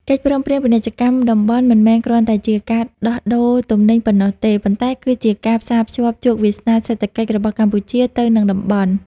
កិច្ចព្រមព្រៀងពាណិជ្ជកម្មតំបន់ មិនមែនគ្រាន់តែជាការដោះដូរទំនិញប៉ុណ្ណោះទេ ប៉ុន្តែគឺជាការផ្សារភ្ជាប់ជោគវាសនាសេដ្ឋកិច្ចរបស់កម្ពុជាទៅនឹងតំបន់។